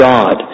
God